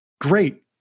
Great